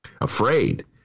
Afraid